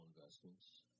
investments